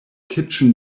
kitchen